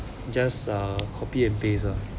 just uh copy and paste ah